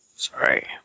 Sorry